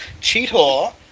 Cheetah